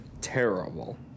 terrible